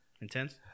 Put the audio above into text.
Intense